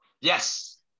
Yes